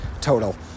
total